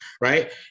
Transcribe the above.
Right